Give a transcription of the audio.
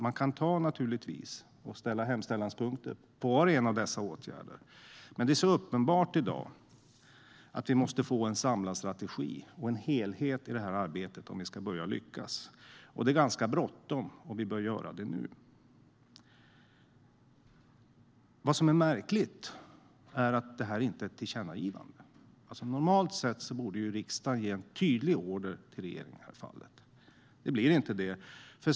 Man kan naturligtvis ha hemställanspunkter för var och en av dessa åtgärder, men vår slutsats är att det är uppenbart att vi måste få en samlad strategi och en helhet i det här arbetet om vi ska lyckas. Det är ganska bråttom, och vi bör göra detta nu. Vad som är märkligt är att det här inte är ett tillkännagivande. Normalt sett borde riksdagen ge en tydlig order till regeringen. Det blir inte så.